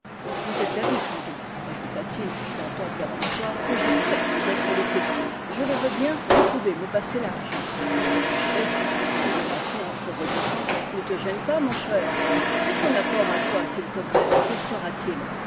vous êtes d'avis sans doute ajouta-t-il d'un ton péremptoire que j'accepte d'être le caissier je le veux bien vous pouvez me passer l'argent eh fit le maçon en se rebiffant ne te gêne pas mon cher mais ton apport à toi s'il te plaît quel sera-t-il